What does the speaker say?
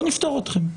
לא נפתור אתכם.